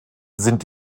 sind